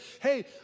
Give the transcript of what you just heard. hey